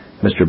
Mr